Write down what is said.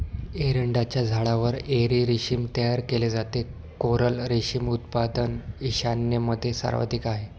एरंडाच्या झाडावर एरी रेशीम तयार केले जाते, कोरल रेशीम उत्पादन ईशान्येमध्ये सर्वाधिक आहे